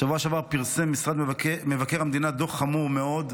בשבוע שעבר פרסם משרד מבקר המדינה דוח חמור מאוד,